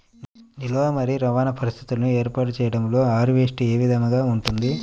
నిల్వ మరియు రవాణా పరిస్థితులను ఏర్పాటు చేయడంలో హార్వెస్ట్ ఏ విధముగా ఉంటుంది?